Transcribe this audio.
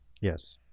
Yes